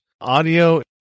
Audio